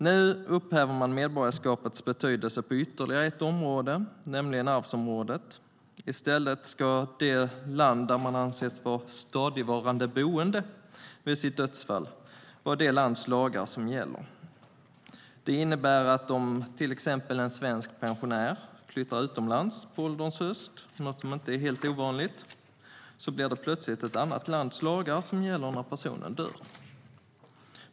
Nu vill man upphäva medborgarskapets betydelse på ytterligare ett område, nämligen på arvsområdet. I stället ska det land där man anses vara stadigvarande bosatt vid sitt dödsfall vara det lands lagar som gäller. Det innebär att om till exempel en svensk pensionär flyttar utomlands på ålderns höst - något som inte är helt ovanligt - blir det plötsligt ett annat lands lagar som gäller när personen dör.